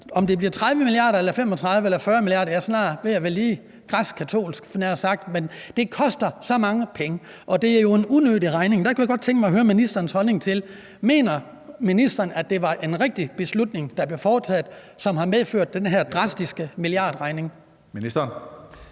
35 mia. kr. eller 40 mia. kr., er jeg snart ved at være græskkatolsk over for. Men det koster så mange penge, og det er jo en unødig regning. Der kunne jeg godt tænke mig at høre ministerens holdning til: Mener ministeren, at det var en rigtig beslutning, der blev foretaget, som har medført den her drastiske milliardregning?